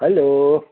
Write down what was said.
hello